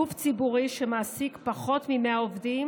גוף ציבורי שמעסיק 100 עובדים